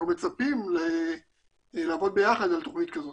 אנחנו מצפים לעבוד ביחד על תוכנית כזאת.